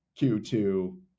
Q2